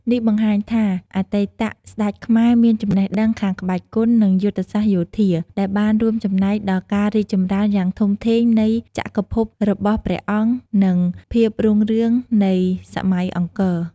នេះបង្ហាញថាអតីតស្តេចខ្មែរមានចំណេះដឹងខាងក្បាច់គុន និងយុទ្ធសាស្ត្រយោធា ដែលបានរួមចំណែកដល់ការរីកចម្រើនយ៉ាងធំធេងនៃចក្រភពរបស់ព្រះអង្គ និងភាពរុងរឿងនៃសម័យអង្គរ។